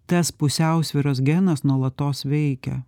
tas pusiausvyros genas nuolatos veikia